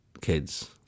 kids